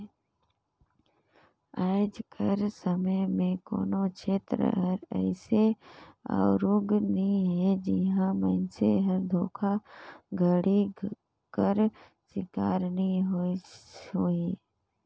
आएज कर समे में कोनो छेत्र हर अइसे आरूग नी हे जिहां मइनसे हर धोखाघड़ी कर सिकार नी होइस होही